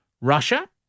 Russia